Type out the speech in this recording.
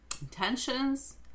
intentions